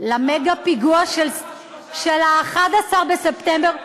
למגה-פיגוע של ה-11 בספטמבר.